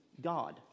God